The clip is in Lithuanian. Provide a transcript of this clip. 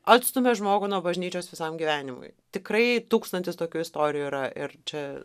atstumia žmogų nuo bažnyčios visam gyvenimui tikrai tūkstantis tokių istorijų yra ir čia